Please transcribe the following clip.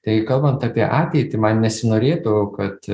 tai kalbant apie ateitį man nesinorėtų kad